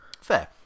Fair